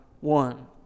one